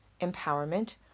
empowerment